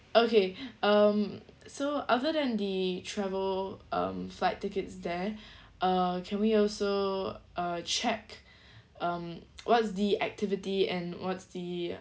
okay um so other than the travel um flight tickets there uh can we also uh check um what's the activity and what's the